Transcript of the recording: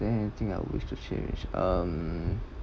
there anything I wish to change um